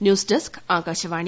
news desk Akashvani